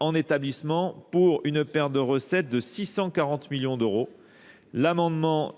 en établissement pour une perte de recettes de 640 millions d'euros. L'amendement